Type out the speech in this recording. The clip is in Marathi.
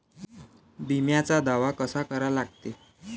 बिम्याचा दावा कसा करा लागते?